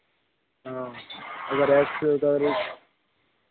हाँ अगर ऐस बता रहे